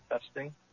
testing